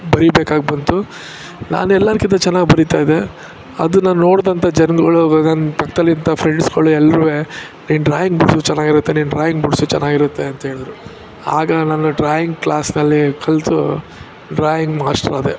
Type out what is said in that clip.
ಬರಿಬೇಕಾಗಿ ಬಂತು ನಾನು ಎಲ್ಲರ್ಗಿಂತ ಚೆನ್ನಾಗಿ ಬರಿತಾ ಇದ್ದೆ ಅದನ್ನ ನೋಡಿದಂತ ಜನಗಳು ನನ್ನ ಪಕ್ಕದಲ್ಲಿ ಇದ್ದ ಫ್ರೆಂಡ್ಸ್ಗಳು ಎಲ್ರು ನಿನ್ನ ಡ್ರಾಯಿಂಗ್ ಬಿಡಿಸು ಚೆನ್ನಾಗಿರುತ್ತೆ ನೀನು ಡ್ರಾಯಿಂಗ್ ಬಿಡಿಸು ಚೆನ್ನಾಗಿರುತ್ತೆ ಅಂತೇಳಿದರು ಆಗ ನಾನು ಡ್ರಾಯಿಂಗ್ ಕ್ಲಾಸಿನಲ್ಲಿ ಕಲಿತು ಡ್ರಾಯಿಂಗ್ ಮಾಷ್ಟ್ರ್ ಆದೆ